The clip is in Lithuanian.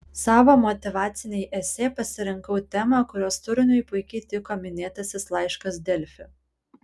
savo motyvacinei esė pasirinkau temą kurios turiniui puikiai tiko minėtasis laiškas delfi